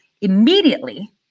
immediately